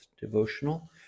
devotional